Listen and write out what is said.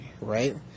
Right